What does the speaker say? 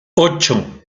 ocho